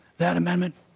that amendment